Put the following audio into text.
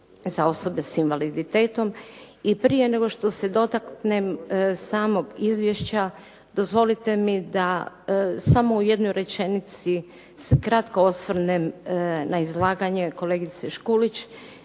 za osobe s invaliditetom i prije nego što se dotaknem samog izvješća, dozvolite mi da samo u jednoj rečenici se kratko osvrnem na izlaganje kolegice Škulić.